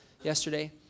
Yesterday